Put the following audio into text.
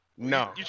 No